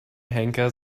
henker